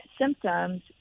symptoms